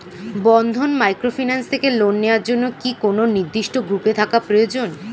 বন্ধন microfinance থেকে loan নেওয়ার জন্য কি কোন নির্দিষ্ট গ্রুপে থাকা প্রয়োজন?